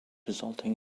resulting